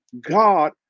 God